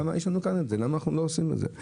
למה אנחנו לא עושים את זה.